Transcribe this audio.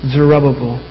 Zerubbabel